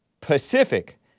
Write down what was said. Pacific